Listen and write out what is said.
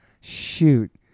Shoot